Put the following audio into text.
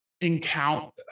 encounter